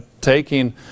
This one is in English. taking